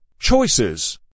Choices